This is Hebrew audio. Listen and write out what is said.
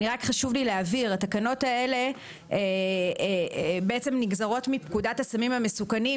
חשוב לי להבהיר: התקנות האלה נגזרות מפקודת הסמים המסוכנים,